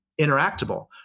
interactable